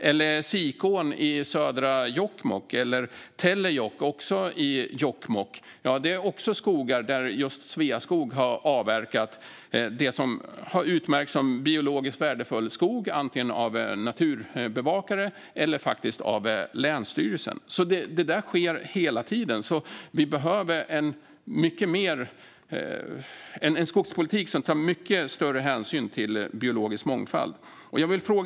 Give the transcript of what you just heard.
Också i Sikån i södra Jokkmokk och i Tellejokk, också i Jokkmokk, har Sveaskog avverkat skog som har klassats som biologiskt värdefull, antingen av naturbevakare eller av länsstyrelsen. Det här sker alltså hela tiden, så vi behöver en skogspolitik som tar mycket större hänsyn till biologisk mångfald.